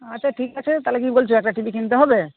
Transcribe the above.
আচ্ছা ঠিক আছে তাহলে কী বলছ একটা টি ভি কিনতে হবে